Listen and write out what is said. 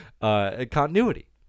continuity